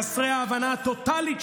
חסרי ההבנה הטוטלית,